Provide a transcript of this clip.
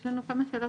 יש לי כמה שאלות.